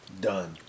Done